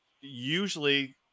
usually